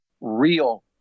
real